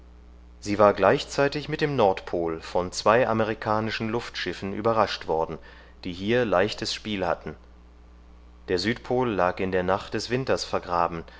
sie war gleichzeitig mit dem nordpol von zwei amerikanischen luftschiffen überrascht worden die hier leichtes spiel hatten der südpol lag in der nacht des winters vergraben